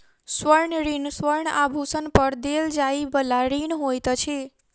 स्वर्ण ऋण स्वर्ण आभूषण पर देल जाइ बला ऋण होइत अछि